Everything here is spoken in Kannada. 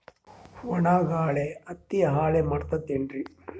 ಒಣಾ ಗಾಳಿ ಹತ್ತಿ ಹಾಳ ಮಾಡತದೇನ್ರಿ?